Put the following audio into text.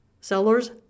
Sellers